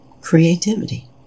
creativity